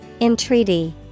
Entreaty